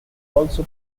also